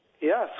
Yes